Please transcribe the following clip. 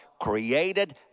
created